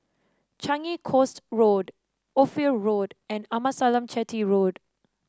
Changi Coast Road Ophir Road and Amasalam Chetty Road